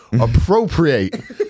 appropriate